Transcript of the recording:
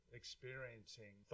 experiencing